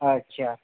अच्छा